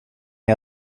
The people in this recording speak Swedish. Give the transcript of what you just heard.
med